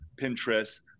Pinterest